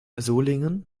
solingen